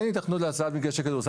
אין היתכנות להצללת מגרשי כדורסל.